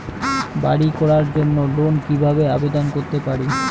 বাড়ি করার জন্য লোন কিভাবে আবেদন করতে পারি?